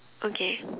okay